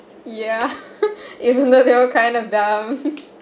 ya even though they were kind of dumb